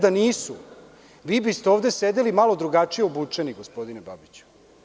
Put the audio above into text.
Da nisu, vi biste ovde sedeli malo drugačije obučeni, gospodine Babiću.